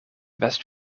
west